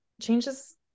changes